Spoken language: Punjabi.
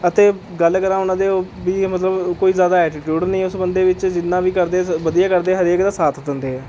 ਅਤੇ ਗੱਲ ਕਰਾਂ ਉਨ੍ਹਾਂ ਦੇ ਉਹ ਵੀ ਮਤਲਬ ਕੋਈ ਜ਼ਿਆਦਾ ਐਟੀਟਿਉ਼ਡ ਨਹੀਂ ਉਸ ਬੰਦੇ ਵਿੱਚ ਜਿੰਨਾ ਵੀ ਕਰਦੇ ਹੈ ਵਧੀਆ ਕਰਦੇ ਹੈ ਹਰੇਕ ਦਾ ਸਾਥ ਦਿੰਦੇ ਹੈ